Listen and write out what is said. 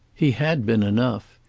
he had been enough.